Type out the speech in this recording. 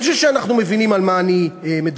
אני חושב שאנחנו מבינים על מה אני מדבר.